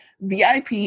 VIP